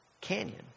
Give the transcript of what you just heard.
canyon